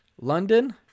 London